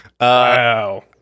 Wow